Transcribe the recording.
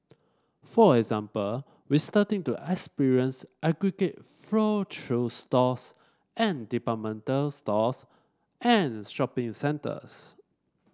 for example we starting to experience aggregate flow through stores and departmental stores and shopping centres